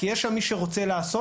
כי יש שם מי שרוצה לעשות,